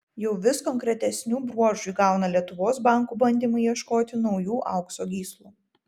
jau vis konkretesnių bruožų įgauna lietuvos bankų bandymai ieškoti naujų aukso gyslų